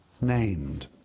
named